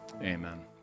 Amen